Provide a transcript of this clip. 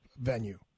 venue